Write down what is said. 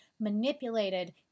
manipulated